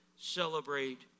Celebrate